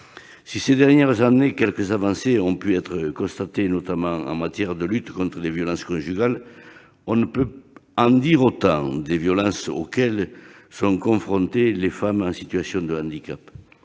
Si, ces dernières années, quelques avancées ont pu être constatées, notamment en matière de lutte contre les violences conjugales, on ne peut en dire autant des violences auxquelles sont confrontées les femmes en situation de handicap.